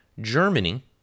Germany